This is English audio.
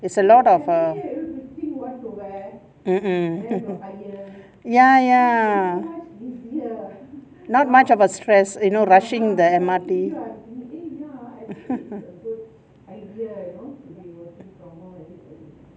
is a lot of err mm mm ya ya not much of a stress you know rushing the M_R_T